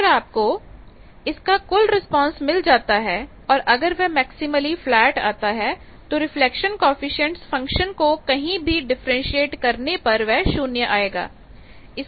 अगर आपको इसका कुल रिस्पांस मिल जाता है और अगर वह मैक्सीमली फ्लैट आता है तो रिफ्लेक्शन कॉएफिशिएंट फंक्शन को कहीं भी डिफ्रेंटिएट करने पर वह शून्य आएगा